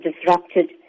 disrupted